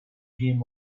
him